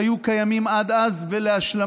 שהיו קיימים עד אז ולהשלמת